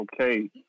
okay